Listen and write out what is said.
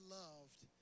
loved